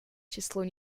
число